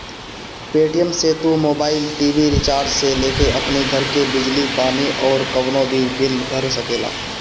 Paytm से तू mobile, TV recharge से लेके अपनी घर के बिजली पानी अउरी कवनो भी बिल भर सकेला